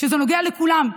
שזה נוגע לכולם,